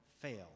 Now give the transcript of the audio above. fail